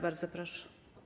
Bardzo proszę.